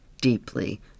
Deeply